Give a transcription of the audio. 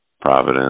Providence